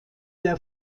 der